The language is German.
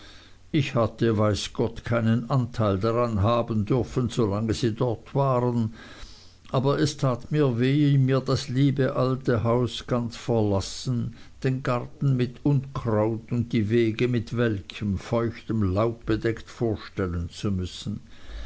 ich hatte weiß gott keinen anteil daran haben dürfen so lange sie dort waren aber es tat mir weh mir das liebe alte haus ganz verlassen den garten mit unkraut und die wege mit welkem feuchtem laub bedeckt vorstellen zu müssen